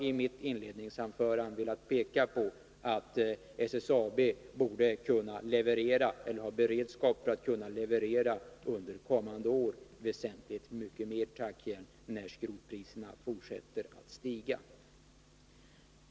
I mitt inledningsanförande har jag pekat på att SSAB borde ha beredskap för att under kommande år kunna leverera väsentligt mycket mer tackjärn när skrotpriserna fortsätter att stiga.